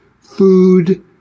food